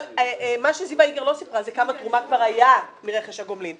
אבל מה שזיוה גם לא סיפרה זה כמה תרומה כבר היה מרכש הגומלין.